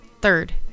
third